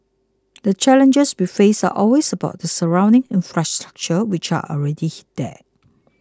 the challenges we face are always about the surrounding infrastructure which are already he there